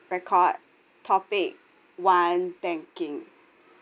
record topic one banking